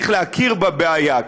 צריך להכיר בבעיה.